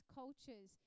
cultures